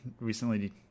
recently